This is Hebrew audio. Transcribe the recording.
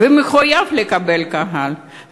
תודה למזכירת